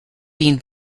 been